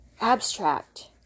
abstract